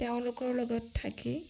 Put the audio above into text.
তেওঁলোকৰ লগত থাকি